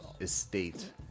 estate